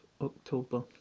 October